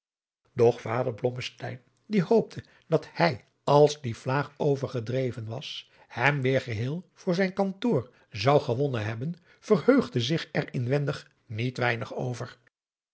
doch vader blommesteyn die hoopte dat hij als die vlaag over gedreven was hem weêr geheel voor zijn kantoor zou gewonnen adriaan loosjes pzn het leven van johannes wouter blommesteyn hebben verheugde zich er inwendig niet weinig over